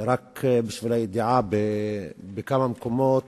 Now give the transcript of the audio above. רק בשביל הידיעה, בכמה מקומות,